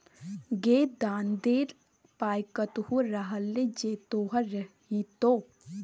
गै दान देल पाय कतहु रहलै जे तोहर रहितौ